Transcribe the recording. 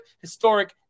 historic